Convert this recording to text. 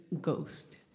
ghost